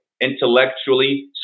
intellectually